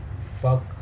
fuck